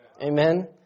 Amen